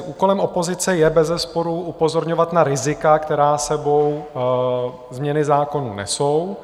Úkolem opozice je bezesporu upozorňovat na rizika, která s sebou změny zákonů nesou.